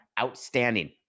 outstanding